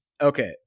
Okay